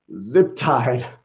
zip-tied